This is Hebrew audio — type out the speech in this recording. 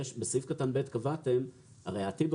בסעיף קטן (ב) קבעתם - הרי העתיד,